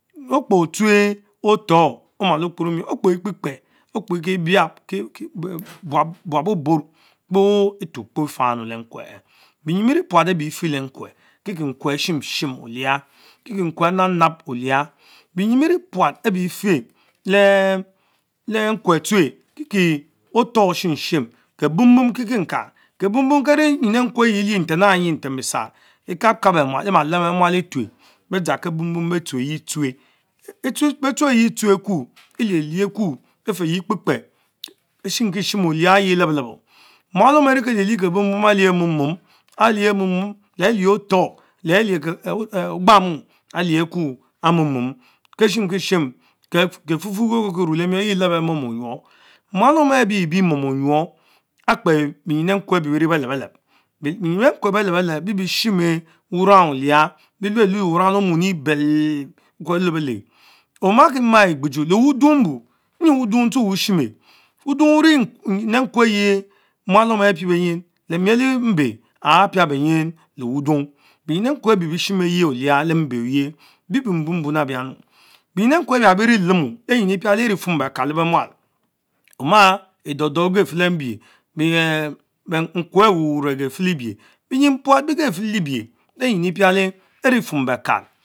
Okpe tsuue otor omato Kporo miorh okpe ekpehkpeh okpe kie buab o'borr kpoh etuoh ofahr le n'kweh ehh benyin berie puat abie efehle nkwerk kikie naweh an tshim. shim oliah, wie nkwen anabnab olias benyin bienie prat ebiefen lee nkwikh tsue kie otor tovinsie Kebombom kekee-ka, Kelbom bom ke ne nym ekwe ayie lieh inten anh nyie inten bie sark, ekakab beh muat emalem bemual efuck. beh dyang kebombom bentonue yee tshuer, ben tshue ti tonne ku, elichcich zu beh-fieyien ekpe-kper eshimkie shim Okalk ayre le beleboh! Lielien kebom-som, alich anh. momom-mom, le cich otor, leh mom-mom Keshimkie-ehim efufu mualom arieki alieky ak eruenkele miorr yeh mualom lebeeh mom onyuorh. Mualom ahh biebie mom Onyuorr akре benyin nkwe abie bierie beleb-beteb, benyin ekre beleb-beles bibie beshimels warang oliath, bielue inch Lovell lo le bollen, omak lee werrang le omuni belle maa Egbuju le wudungbn. enyie wudung tone wusine wirding uce nyon ehh nkwe yie mualom anh pie benyin leque, lemiel Embe apia benym le wudung, benym-kwe abee betshimege ohah le mbe biebie mbuenbuen abianunu, binyin-nkwe abia bene erie fum Ommag lemmo, lenying bakal lee mual, edordor ekefen leh mbiehr, nkwerr ehh wono-woro agefich le-Liebieh benyin pual biegefen lee Libieh Lenyinu piale efumu bekal.